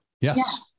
Yes